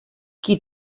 qui